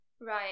Right